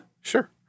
Sure